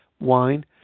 wine